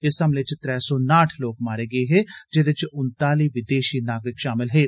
इस हमले च त्रै सौ नाठ लोक मारे गे हे जेह्दे च उनताली विदेशी नागरिक शामल हे